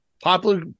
popular